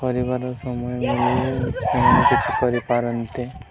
ପରିବାର ସମୟ କିଛି କରିପାରନ୍ତେ